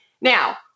Now